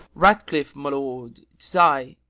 ratcliff, my lord tis i.